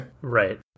Right